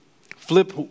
Flip